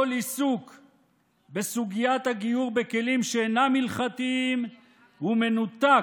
כל עיסוק בסוגיית הגיור בכלים שאינם הלכתיים מנותק